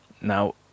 now